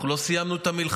אנחנו לא סיימנו את המלחמה.